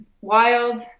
wild